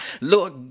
Lord